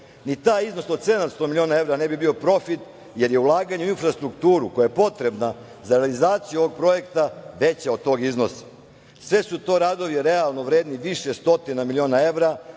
Ni taj iznos od 700 miliona evra ne bi bio profit, jer je ulaganje u infrastrukturu koja je potrebna za realizaciju ovog projekta veća od tog iznosa. Sve su to radovi realno vredni više stotina miliona evra,